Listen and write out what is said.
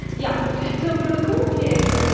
yeah so for the cool kids,